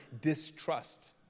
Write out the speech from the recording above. distrust